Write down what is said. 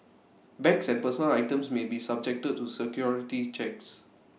bags and personal items may be subjected to security checks